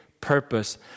purpose